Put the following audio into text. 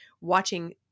watching